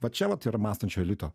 va čia vat yra mąstančio elito